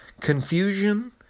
Confusion